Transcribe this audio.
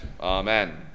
Amen